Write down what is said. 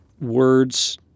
words